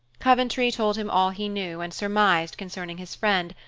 coventry told him all he knew and surmised concerning his friend,